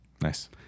Nice